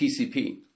TCP